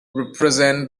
represent